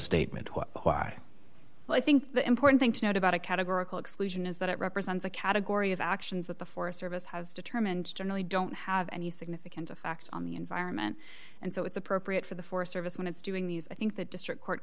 statement why but i think the important thing to note about a categorical exclusion is that it represents a category of actions that the forest service has determined generally don't have any significant effect on the environment and so it's appropriate for the forest service when it's doing these i think the district court